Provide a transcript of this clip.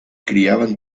criaven